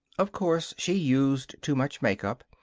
of course she used too much make-up,